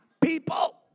people